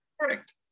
Correct